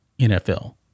NFL